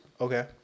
okay